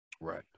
Right